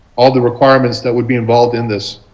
all the requirements that would be involved in this?